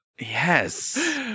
Yes